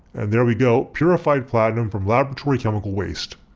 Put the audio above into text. and there we go, purified platinum from laboratory chemical waste.